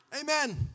Amen